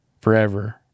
forever